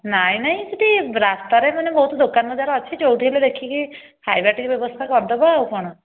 ନାଇଁ ନାଇଁ ସେଠି ରାସ୍ତାରେ ମାନେ ବହୁତ୍ ଦୋକାନ ବଜାର ଅଛି ଯୋଉଠି ହେଲେ ଦେଖିକି ଖାଇବା ଟିକେ ବ୍ୟବସ୍ଥା କରିଦେବା ଆଉ କ'ଣ